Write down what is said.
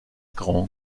grand